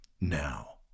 Now